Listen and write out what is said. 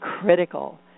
critical